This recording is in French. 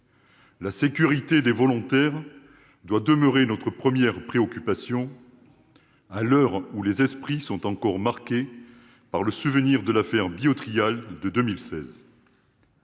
La sécurité des volontaires doit demeurer notre première préoccupation, à l'heure où les esprits sont encore marqués par le souvenir de l'affaire Biotrial de 2016.